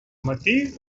matí